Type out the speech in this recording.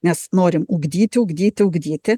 nes norim ugdyti ugdyti ugdyti